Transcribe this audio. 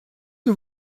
que